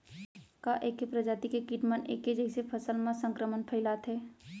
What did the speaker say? का ऐके प्रजाति के किट मन ऐके जइसे फसल म संक्रमण फइलाथें?